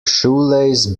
shoelace